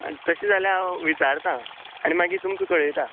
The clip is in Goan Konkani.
तशें जाल्यार हांव विचारता आनी मागीर तुमकां कळयता